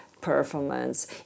Performance